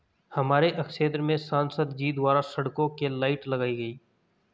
हमारे क्षेत्र में संसद जी द्वारा सड़कों के लाइट लगाई गई